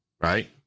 right